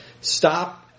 stop